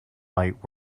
lights